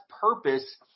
purpose